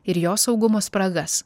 ir jo saugumo spragas